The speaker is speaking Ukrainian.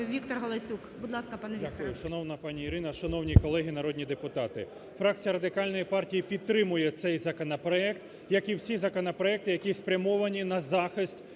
Віктор Галасюк. Будь ласка, пане Вікторе.